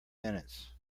minutes